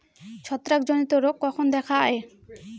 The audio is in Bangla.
ছত্রাক জনিত রোগ কখন দেখা য়ায়?